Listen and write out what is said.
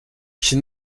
she